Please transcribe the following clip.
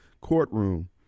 courtroom